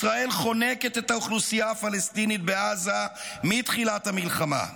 "ישראל חונקת את האוכלוסייה הפלסטינית בעזה מתחילת המלחמה.